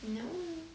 no